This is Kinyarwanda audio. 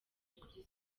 kuri